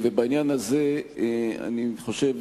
בעניין הזה אני חושב,